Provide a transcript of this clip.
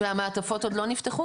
המעטפות עוד לא נפתחו?